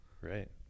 Right